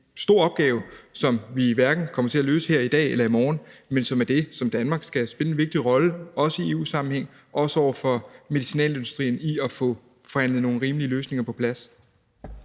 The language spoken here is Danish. stor opgave, som vi hverken kommer til at løse her i dag eller i morgen, men som er det, Danmark skal spille en vigtig rolle i, også i EU-sammenhæng, også over for medicinalindustrien, for at få forhandlet nogle rimelige løsninger på plads.